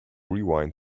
rewind